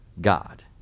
god